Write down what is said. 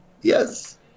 Yes